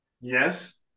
Yes